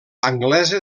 anglesa